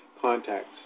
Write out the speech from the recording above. contacts